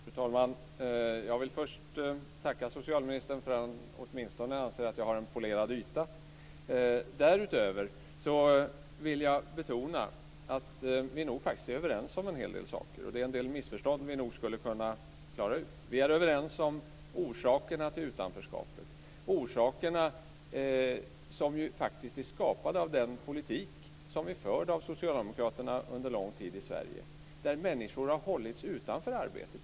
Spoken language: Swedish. Fru talman! Jag vill först tacka socialministern för att han åtminstone anser att jag har en polerad yta. Därutöver vill jag betona att vi nog faktiskt är överens om en hel del saker. Det är också en del missförstånd vi nog skulle kunna klara ut. Vi är överens om orsakerna till utanförskapet. De är ju faktiskt skapade av den politik som har förts av socialdemokraterna under lång tid i Sverige. Människor har hållits utanför arbete.